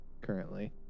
currently